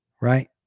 right